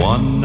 One